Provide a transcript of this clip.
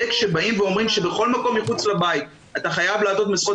כשאומרים שבכל מקום מחוץ לבית אתה חייב לעטות מסכה,